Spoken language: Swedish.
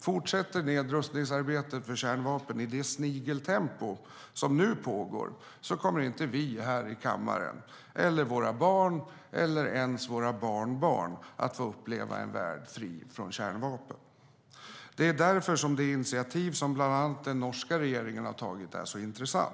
Fortsätter nedrustningsarbetet för kärnvapen i det snigeltempo som nu pågår kommer inte vi här i kammaren, våra barn eller ens våra barnbarn att få uppleva en värld fri från kärnvapen. Det är därför det initiativ som bland annat den norska regeringen har tagit är så intressant.